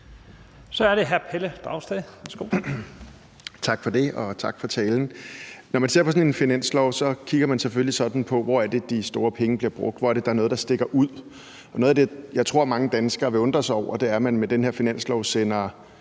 Kl. 09:14 Pelle Dragsted (EL): Tak for det, og tak for talen. Når man ser på sådan en finanslov, kigger man selvfølgelig på, hvor det er, de store penge bliver brugt, hvor det er, at noget stikker ud. Og noget af det, jeg tror mange danskere vil undre sig over, er, at man med den her finanslov sender